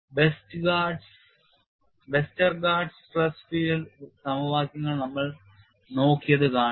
വെസ്റ്റർഗാർഡിന്റെ Westergaard's stress field സമവാക്യങ്ങൾ നമ്മൾ നോക്കിയത് കാണുക